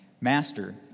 Master